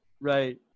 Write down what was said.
right